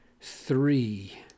three